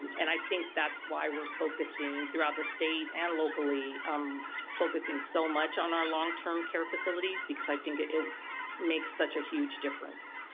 and i think that's why we're focusing throughout the state and locally um focusing so much on our long-term care facilities because i think it makes such a huge difference